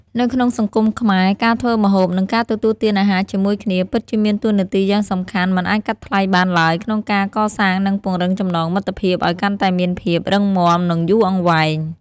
នៅក្នុងសង្គមខ្មែរ ការធ្វើម្ហូបនិងការទទួលទានអាហារជាមួយគ្នាពិតជាមានតួនាទីយ៉ាងសំខាន់មិនអាចកាត់ថ្លៃបានឡើយក្នុងការកសាង និងពង្រឹងចំណងមិត្តភាពឲ្យកាន់តែមានភាពរឹងមាំនិងយូរអង្វែង។